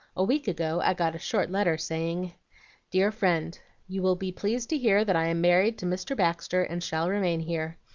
a week ago i got a short letter saying dear friend you will be pleased to hear that i am married to mr. baxter, and shall remain here.